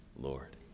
Lord